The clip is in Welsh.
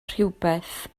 rhywbeth